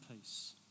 peace